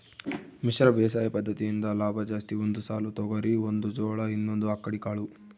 ಮಿಶ್ರ ಬೇಸಾಯ ಪದ್ದತಿಯಿಂದ ಲಾಭ ಜಾಸ್ತಿ ಒಂದು ಸಾಲು ತೊಗರಿ ಒಂದು ಜೋಳ ಇನ್ನೊಂದು ಅಕ್ಕಡಿ ಕಾಳು